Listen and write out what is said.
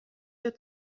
der